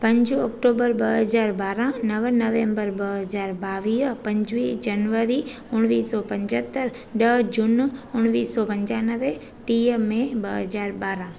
पंज ओक्टोबर ॿ हज़ार ॿारहां नव नवेम्बर ॿ हज़ार ॿावीह पंजवीह जनिवरी उण्वीह सौ पंजतरि ॾह जूनि उणिवीह सौ पंजानवे टीह मे ॿ हज़ार ॿारहां